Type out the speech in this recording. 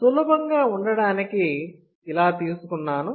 సులభంగా ఉండడానికి ఇలా తీసుకున్నాను